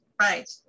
right